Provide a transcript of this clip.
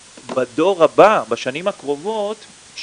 אני אחרי הרבה שנים הקמתי בבנק ישראל